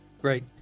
Great